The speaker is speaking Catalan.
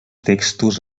textos